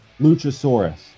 Luchasaurus